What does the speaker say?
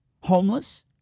homeless